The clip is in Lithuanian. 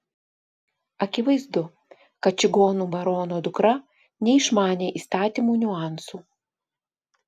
akivaizdu kad čigonų barono dukra neišmanė įstatymų niuansų